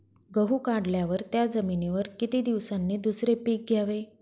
गहू काढल्यावर त्या जमिनीवर किती दिवसांनी दुसरे पीक घ्यावे?